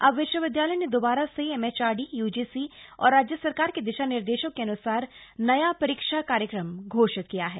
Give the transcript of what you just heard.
अब विश्वविदयालय ने दोबारा से एमएच रडी यूजीसी और राज्य सरकार के दिशा निर्देशों के अन्सार नया परीक्षा कार्यक्रम घोषित किया है